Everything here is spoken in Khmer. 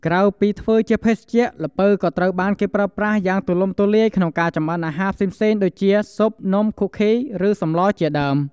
ក្រៅពីធ្វើជាភេសជ្ជៈ ល្ពៅក៏ត្រូវបានគេប្រើប្រាស់យ៉ាងទូលំទូលាយក្នុងការចម្អិនអាហារផ្សេងៗទៀតដូចជា ស៊ុប នំ ខូឃី ឬសម្លរជាដើម។